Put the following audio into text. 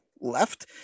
left